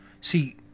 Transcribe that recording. See